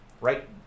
right